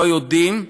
לא יודעים.